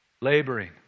laboring